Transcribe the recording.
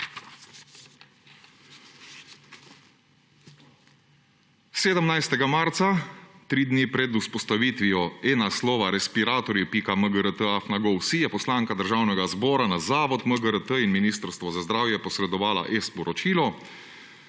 »17. marca, tri dni pred vzpostavitvijo e-naslova respiratorji.mgrt@gov.si, je poslanka Državnega zobra na Zavod, MGRT in Ministrstvo za zdravje posredovala e-sporočilo,